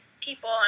people